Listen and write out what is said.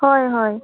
हय हय